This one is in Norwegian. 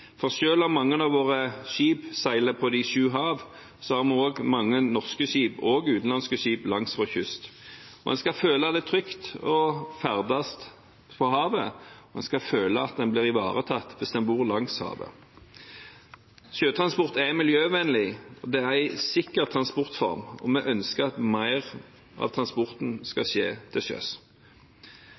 for selv om mange av våre skip seiler på de sju hav, har vi også mange norske skip og utenlandske skip langs vår kyst. Man skal føle det trygt å ferdes på havet. Man skal føle at man blir ivaretatt hvis man bor ved havet. Sjøtransport er en miljøvennlig og sikker transportform, og vi ønsker at mer av transporten skal skje til sjøs.